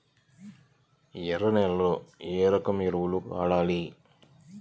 ఎర్ర నేలలో ఏ రకం ఎరువులు వాడాలి?